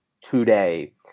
today